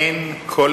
אין כל